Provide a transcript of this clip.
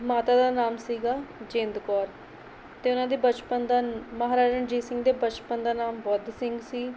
ਮਾਤਾ ਦਾ ਨਾਮ ਸੀਗਾ ਜਿੰਦ ਕੌਰ ਅਤੇ ਉਹਨਾਂ ਦੇ ਬਚਪਨ ਦਾ ਮਹਾਰਾਜਾ ਰਣਜੀਤ ਸਿੰਘ ਦੇ ਬਚਪਨ ਦਾ ਨਾਮ ਬੁੱਧ ਸਿੰਘ ਸੀ